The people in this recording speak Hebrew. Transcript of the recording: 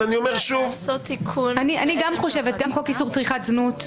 אבל אני אומר --- גם חוק איסור צריכת זנות,